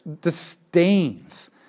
disdains